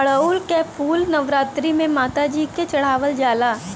अढ़ऊल क फूल नवरात्री में माता जी के चढ़ावल जाला